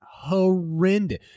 horrendous